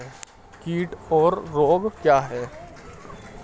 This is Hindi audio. कीट और रोग क्या हैं?